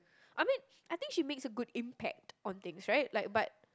I mean I think she makes a good impact on things right like but